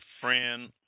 friend